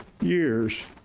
years